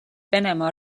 venemaa